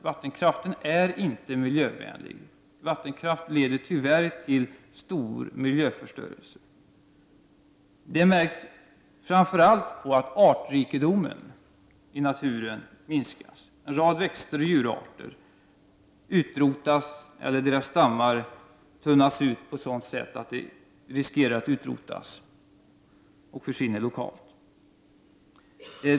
Vattenkraften är inte miljövänlig, vattenkraften leder tyvärr till stor miljöförstörelse. Det märks framför allt på att artrikedomen i naturen minskas. En rad växter och djurarter utrotas, eller så tunnas deras stammar ut på ett sådant sätt att de riskerar att utrotas och försvinna lokalt.